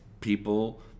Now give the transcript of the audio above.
people